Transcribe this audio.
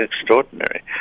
extraordinary